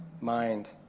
mind